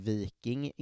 Viking